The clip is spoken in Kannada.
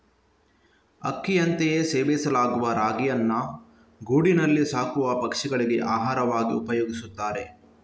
ಅಕ್ಕಿಯಂತೆಯೇ ಸೇವಿಸಲಾಗುವ ರಾಗಿಯನ್ನ ಗೂಡಿನಲ್ಲಿ ಸಾಕುವ ಪಕ್ಷಿಗಳಿಗೆ ಆಹಾರವಾಗಿ ಉಪಯೋಗಿಸ್ತಾರೆ